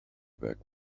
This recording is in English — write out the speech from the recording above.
back